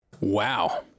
Wow